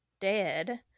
dead